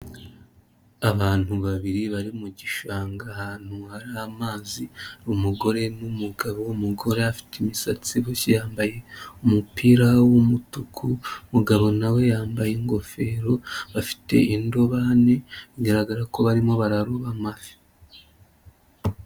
Abantu babiri bari mu gishanga ahantu hari amazi umugore n'umugabo, umugore afite imisatsi iboshye yambaye umupira w'umutuku, umugabo na we yambaye ingofero, bafite indobani bigaragara ko barimo bararoba amafi.